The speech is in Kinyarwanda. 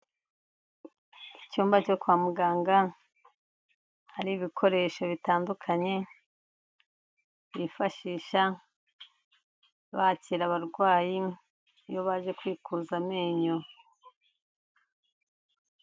Icyumba cyo kwa muganga, hari ibikoresho bitandukanye bifashisha bakira abarwayi iyo baje kwikuza amenyo.